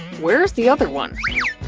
where's the other one?